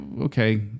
okay